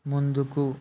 ముందుకు